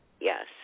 Yes